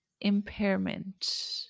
impairment